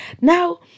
now